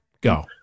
Go